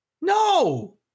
no